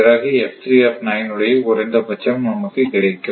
பிறகு உடைய குறைந்தபட்சம் நமக்கு கிடைக்கும்